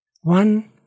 One